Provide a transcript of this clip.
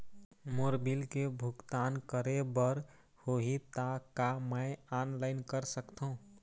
मोर bill के भुगतान करे बर होही ता का मैं ऑनलाइन कर सकथों?